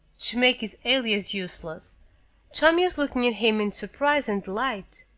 to make his alias useless tommy was looking at him in surprise and delight.